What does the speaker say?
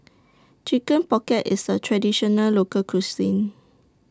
Chicken Pocket IS A Traditional Local Cuisine